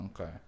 Okay